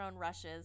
rushes